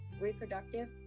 reproductive